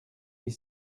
huit